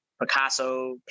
Picasso